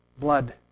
Blood